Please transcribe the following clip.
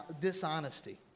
dishonesty